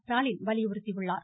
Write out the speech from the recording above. ஸ்டாலின் வலியுறுத்தியுள்ளார்